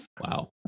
Wow